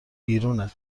بیرونه